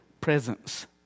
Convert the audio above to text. presence